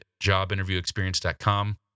jobinterviewexperience.com